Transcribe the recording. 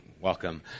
welcome